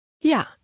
Ja